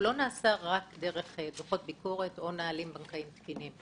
הוא לא נעשה רק דרך דוחות ביקורת או נהלים בנקאיים תקינים,